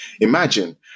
Imagine